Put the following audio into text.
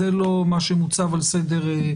זה לא מה שמוצב על סדר-יומנו.